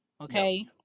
Okay